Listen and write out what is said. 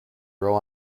grow